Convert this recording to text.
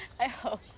i hope.